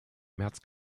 märz